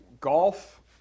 Golf